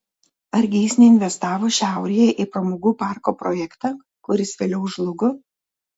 argi jis neinvestavo šiaurėje į pramogų parko projektą kuris vėliau žlugo